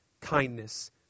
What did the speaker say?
kindness